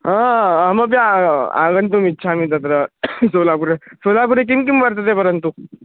हा अहमपि आगन्तुमिच्छामि तत्र सोलापुरे सोलापुरे किं किं वर्तते परन्तु